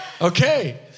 Okay